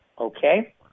okay